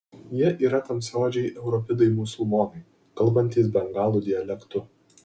jie yra tamsiaodžiai europidai musulmonai kalbantys bengalų dialektu